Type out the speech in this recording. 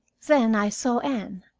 then i saw anne.